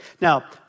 Now